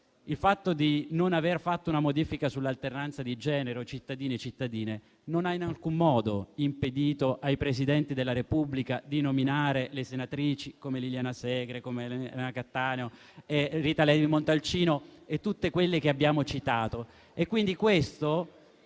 il fatto di non aver apportato una modifica sull'alternanza di genere, tra i cittadini e le cittadine, non ha in alcun modo impedito ai Presidenti della Repubblica di nominare senatrici a vita come Liliana Segre, come Elena Cattaneo, come Rita Levi Montalcini e tutte quelle che abbiamo citato.